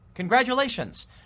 Congratulations